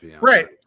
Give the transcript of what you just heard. right